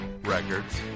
Records